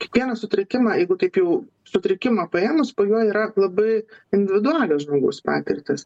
kiekvieną sutrikimą jeigu taip jau sutrikimą paėmus po juo yra labai individualios žmogaus patirtys